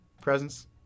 presents